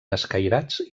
escairats